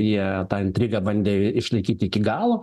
jie tą intrigą bandė išlaikyti iki galo